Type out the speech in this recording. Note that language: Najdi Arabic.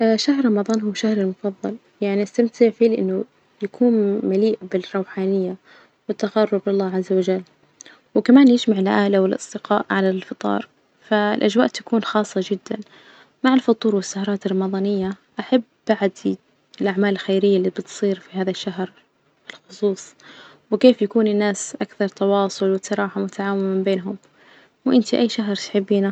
شهر رمضان هو شهري المفظل، يعني أستمتع فيه لإنه يكون مليء بالروحانية والتقرب إلى الله عز وجل، وكمان يجمع العائلة والأصدقاء على الفطار، فالأجواء تكون خاصة جدا، مع الفطور والسهرات الرمضانية أحب بعد الأعمال الخيرية اللي بتصير في هذا الشهر بالخصوص، وكيف يكون الناس أكثر تواصل وتراحم وتعاون من بينهم، وإنتي أي شهر تحبينه?